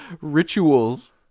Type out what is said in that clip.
Rituals